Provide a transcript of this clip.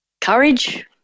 courage